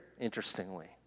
interestingly